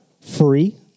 free